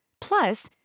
Plus